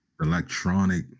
electronic